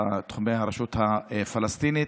בתחומי הרשות הפלסטינית,